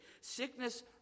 Sickness